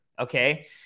okay